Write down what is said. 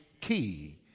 key